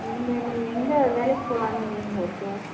இனிமே நீ எங்கள் வேலைக்கு போகலானு எய்ம்ல இருக்க